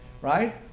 right